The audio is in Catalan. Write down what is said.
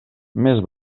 més